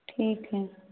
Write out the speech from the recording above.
ठीक हइ